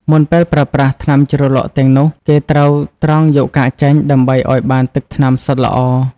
មុនពេលប្រើប្រាស់ ថ្នាំជ្រលក់ទាំងនោះ គេត្រូវត្រងយកកាកចេញដើម្បីឱ្យបានទឹកថ្នាំសុទ្ធល្អ។